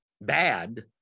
bad